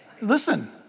Listen